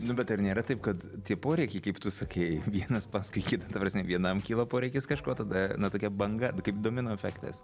nu bet ar nėra taip kad tie poreikiai kaip tu sakei vienas paskui kitą ta prasme vienam kyla poreikis kažko tada na tokia banga nu kaip domino efektas